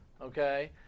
okay